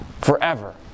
Forever